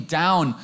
down